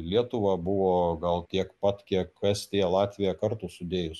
lietuva buvo gal tiek pat kiek estija latvija kartu sudėjus